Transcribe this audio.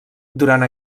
durant